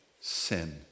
sin